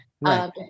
Right